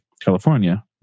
California